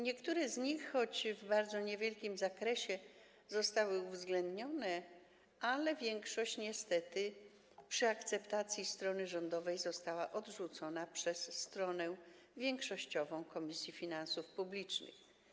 Niektóre z nich, choć w bardzo niewielkim zakresie, zostały uwzględnione, ale większość niestety przy akceptacji strony rządowej została odrzucona przez stronę większościową Komisji Finansów Publicznych.